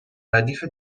ردیف